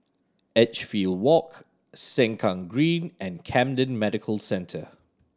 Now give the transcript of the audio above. Edgefield Walk Sengkang Green and Camden Medical Centre